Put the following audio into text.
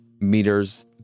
meters